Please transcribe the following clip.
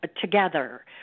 together